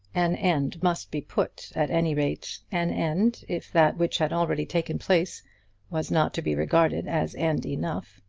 an end must be put at any rate an end, if that which had already taken place was not to be regarded as end enough.